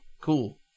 Cool